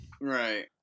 right